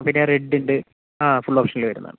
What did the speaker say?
പിന്നെ റെഡ് ഉണ്ട് ആ ഫുൾ ഓപ്ഷനിൽ വരുന്നത് ആണ്